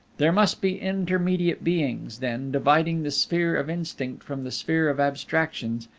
there must be intermediate beings, then, dividing the sphere of instinct from the sphere of abstractions,